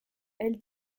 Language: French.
elle